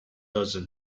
dozen